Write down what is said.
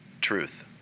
truth